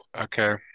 okay